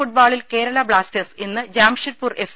ഫുട്ബാളിൽ Kerala Blasters ഇന്ന് Jamshedpur F